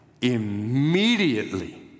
immediately